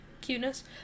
cuteness